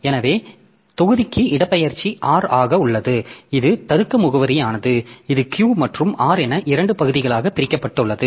எனவே தொகுதிக்கு இடப்பெயர்ச்சி R ஆக உள்ளது இது தருக்க முகவரியானது இது Q மற்றும் R என இரண்டு பகுதிகளாக பிரிக்கப்பட்டுள்ளது